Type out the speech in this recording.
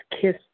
kiss